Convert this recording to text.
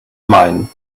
mine